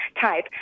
type